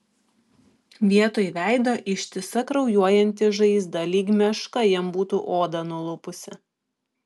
vietoj veido ištisa kraujuojanti žaizda lyg meška jam būtų odą nulupusi